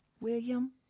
William